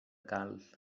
calç